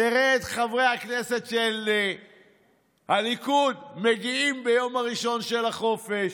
נראה את חברי הכנסת של הליכוד מגיעים ביום הראשון של החופש.